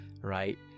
right